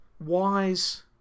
wise